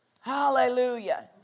Hallelujah